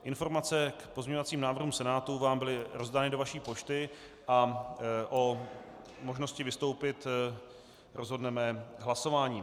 Informace k pozměňovacím návrhům Senátu vám byly rozdány do vaší pošty a o možnosti vystoupit rozhodneme hlasováním.